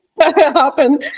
happen